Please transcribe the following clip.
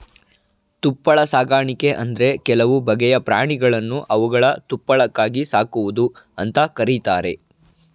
ತುಪ್ಪಳ ಸಾಕಣೆ ಅಂದ್ರೆ ಕೆಲವು ಬಗೆಯ ಪ್ರಾಣಿಗಳನ್ನು ಅವುಗಳ ತುಪ್ಪಳಕ್ಕಾಗಿ ಸಾಕುವುದು ಅಂತ ಕರೀತಾರೆ